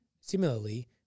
Similarly